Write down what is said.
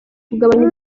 kugabanya